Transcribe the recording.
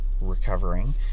recovering